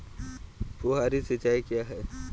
फुहारी सिंचाई क्या है?